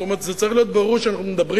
זאת אומרת, זה צריך להיות ברור שאנחנו מדברים